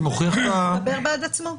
זה מוכיח את --- זה מדבר בעד עצמו.